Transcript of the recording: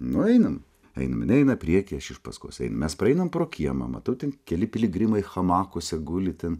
nu einam einam ji eina priekyje aš iš paskos einam mes praeinam pro kiemą matau ten keli piligrimai hamakuose guli ten